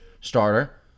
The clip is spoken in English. starter